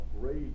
great